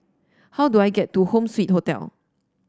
how do I get to Home Suite Hotel